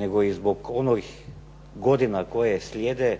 nego i zbog onih godina koje slijede,